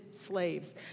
slaves